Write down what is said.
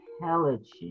intelligence